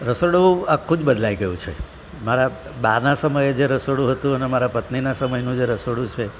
રસોડું આખું જ બદલાય ગયું છે મારા બાના સમયે જે રસોડું હતું અને મારા પત્નીના સમયનું જે રસોડું છે